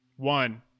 One